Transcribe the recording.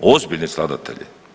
ozbiljni skladatelji.